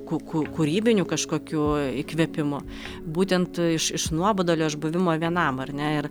ku ku kūrybinių kažkokių įkvėpimų būtent iš iš nuobodulio iš buvimo vienam ar ne ir